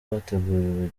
wateguriwe